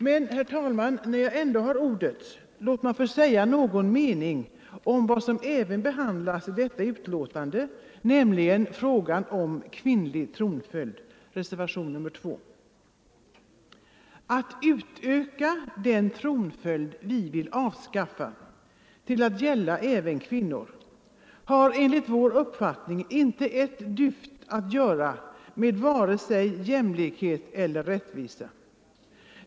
Låt mig, herr talman, när jag ändå har ordet få säga någon mening om vad som även behandlas i detta betänkande, nämligen frågan om kvinnlig tronföljd, som tagits upp i reservationen 2. Att utöka den tronföljd vi vill avskaffa till att gälla även kvinnor har enligt vår uppfattning inte ett dyft att göra med vare sig jämlikhet eller rättvisa.